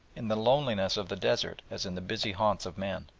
in the loneliness of the desert as in the busy haunts of men.